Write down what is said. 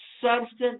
substance